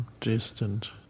distant